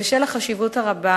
בשל החשיבות הרבה